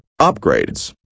upgrades